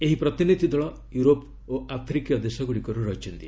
ଏହି ପ୍ରତିନିଧି ଦଳ ୟୁରୋପ ଓ ଆଫ୍ରିକୀୟ ଦେଶଗୁଡ଼ିକରୁ ରହିଛନ୍ତି